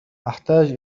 أحتاج